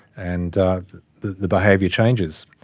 and the the behaviour changes.